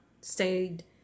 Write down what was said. stayed